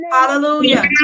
Hallelujah